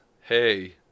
hey